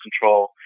control